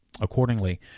Accordingly